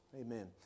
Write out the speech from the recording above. Amen